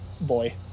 boy